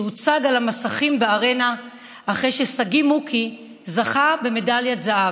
שהוצג על המסכים בארנה אחרי ששגיא מוקי זכה במדליית זהב.